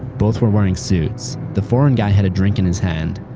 both were wearing suits. the foreign guy had a drink in his hand.